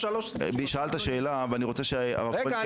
שאלת שאלה ואני רוצה ש --- רגע,